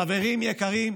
חברים יקרים,